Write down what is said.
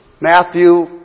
Matthew